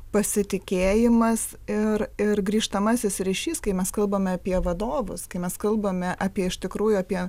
pasitikėjimas ir ir grįžtamasis ryšys kai mes kalbame apie vadovus kai mes kalbame apie iš tikrųjų apie